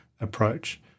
approach